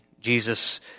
Jesus